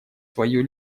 свою